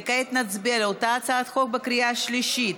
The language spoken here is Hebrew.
וכעת נצביע על אותה הצעת חוק בקריאה שלישית.